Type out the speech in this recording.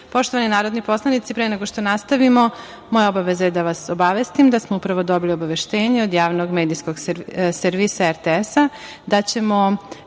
minuta. Poštovani narodni poslanici, pre nego što nastavimo moja obaveza je da vas obavestim da smo upravo dobili obaveštenje od Javnog medijskog servisa RTS da će